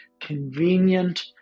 convenient